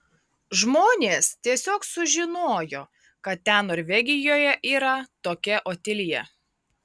žmonės tiesiog sužinojo kad ten norvegijoje yra tokia otilija